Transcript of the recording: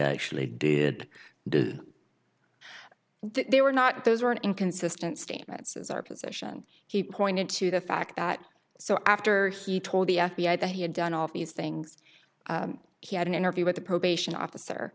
actually did do they were not those were inconsistent statements is our position he pointed to the fact that so after he told the f b i that he had done all of these things he had an interview with the probation officer